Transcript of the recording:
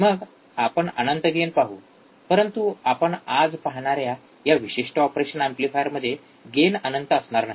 मग आपण अनंत गेन पाहू परंतु आपण आज पाहणाऱ्या या विशिष्ट ऑपरेशन एम्पलीफायरमध्ये गेन अनंत असणार नाही